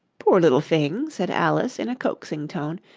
poor little thing said alice, in a coaxing tone,